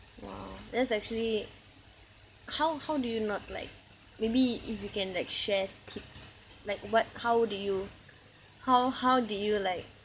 !wow! that's actually how how do you not like maybe if you can like share tips like what how do you how how did you like